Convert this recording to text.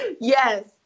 Yes